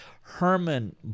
Herman